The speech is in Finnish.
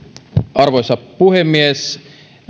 arvoisa puhemies tämä